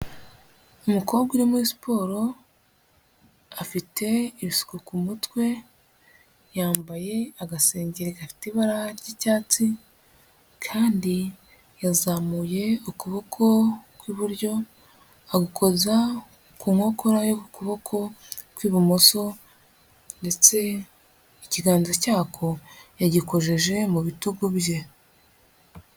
umukobwa uri muri siporo, afite ibisuko ku mutwe, yambaye agasenge gafite ibara ry'icyatsi, kandi yazamuye ukuboko kw'iburyo, agukoza ku nkokora y'ukuboko kw'ibumoso, ndetse ikiganza cyako yagikojeje mu bitugu bye.